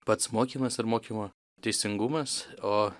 pats mokymas ir mokymo teisingumas o